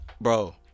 bro